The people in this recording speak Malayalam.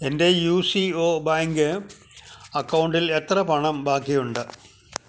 എൻ്റെ യു സി ഒ ബാങ്ക് അക്കൗണ്ടിൽ എത്ര പണം ബാക്കിയുണ്ട്